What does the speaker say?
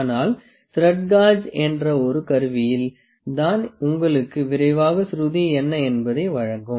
ஆனால் thread gauge என்ற ஒரு கருவியில் தான் உங்களுக்கு விரைவாக சுருதி என்ன என்பதை வழங்கும்